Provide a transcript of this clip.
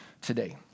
today